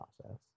process